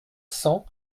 cent